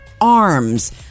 arms